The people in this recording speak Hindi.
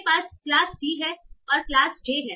यहां मेरे पास क्लास c है और क्लास j है